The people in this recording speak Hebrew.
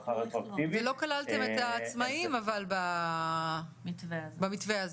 הארכה רטרואקטיבית --- אבל לא כללתם את העצמאים במתווה הזה.